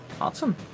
Awesome